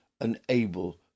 unable